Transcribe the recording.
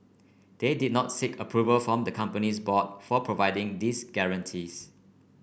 they did not seek approval from the company's board for providing these guarantees